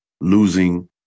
losing